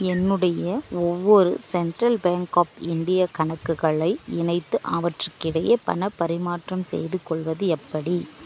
என்னுடைய ஒவ்வொரு Central Bank of India கணக்குகளை இணைத்து அவற்றுக்கிடையே பணப் பரிமாற்றம் செய்துகொள்வது எப்படி